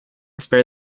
spare